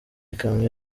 ikamyo